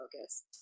focus